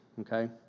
okay